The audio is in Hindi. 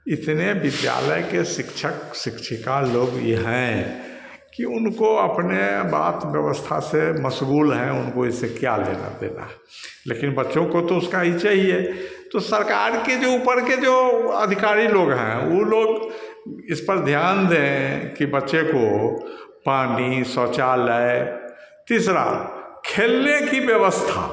इतने विद्यालय के शिक्षक शिक्षिका लोग ये हैं कि उनको अपनी बात व्यवस्था से मशगूल हैं उनको इससे क्या लेना देना लेकिन बच्चों को तो उसका यह चाहिए तो सरकार के जो ऊपर के जो अधिकारी लोग हैं वे लोग इसपर ध्यान दें कि बच्चे को पानी शौचालय तीसरा खेलने की व्यवस्था